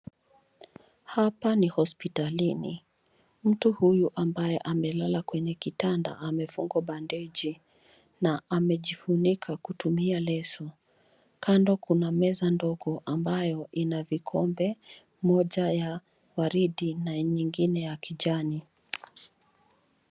Hapa ni hospitalini. Mtu huyu ambaye amelala kwenye kitanda amefungwa bandeji na amejifunika kutumia leso. Kando kuna meza ndogo ambayo ina vikombe, moja ya waridi na nyingine ya kijani.